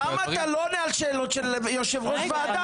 למה אתה לא עונה על שאלות של יושב-ראש ועדה?